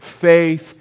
faith